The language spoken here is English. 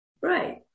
Right